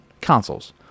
Consoles